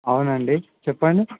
అవునండి చెప్పండి